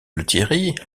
lethierry